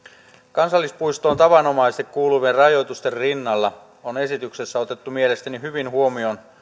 kansallispuistoon tavanomaisesti kuuluvien rajoitusten rinnalla on esityksessä otettu mielestäni hyvin huomioon